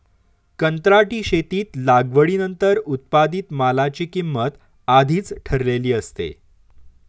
कंत्राटी शेतीत लागवडीनंतर उत्पादित मालाची किंमत आधीच ठरलेली असते